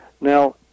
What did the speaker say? Now